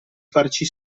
farci